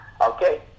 okay